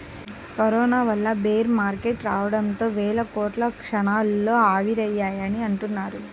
corona వల్ల bear market రావడంతో వేల కోట్లు క్షణాల్లో ఆవిరయ్యాయని అంటున్నారు